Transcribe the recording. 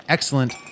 excellent